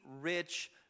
rich